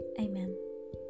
Amen